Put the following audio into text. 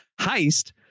Heist